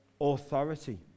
Authority